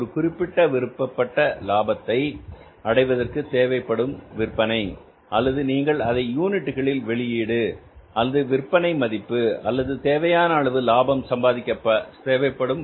ஒரு குறிப்பிட்ட விருப்பப்பட்ட லாபத்தை அடைவதற்கு தேவைப்படும் விற்பனை அல்லது நீங்கள் அதை யூனிட்டுகளில் வெளியீடு அல்லது விற்பனை மதிப்பு அல்லது தேவையான அளவு லாபம் சம்பாதிக்க தேவைப்படும்